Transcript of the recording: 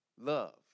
love